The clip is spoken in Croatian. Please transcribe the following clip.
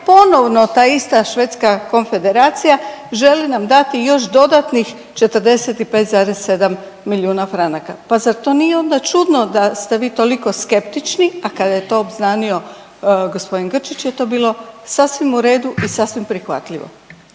ponovo ta ista Švedska Konfederacija želi nam dati još dodatnih 45,7 milijuna franaka. Pa zar to nije onda čudno da ste vi toliko skeptični, a kada je to obznanio gospodin Grčić je to bilo sasvim u redu i sasvim prihvatljivo.